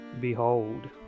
Behold